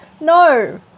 No